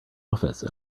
office